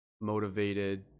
motivated